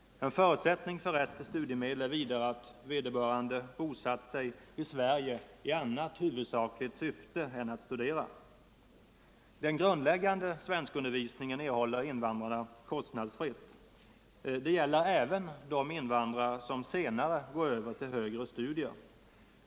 En förutsättning för rätt till studiemedel är vidare att vederbörande bosatt sig i Sverige i annat huvudsakligt syfte än att studera. Den grundläggande svenskundervisningen erhåller invandrarna kostnadsfritt. Det gäller även de invandrare som senare går över till högre studier.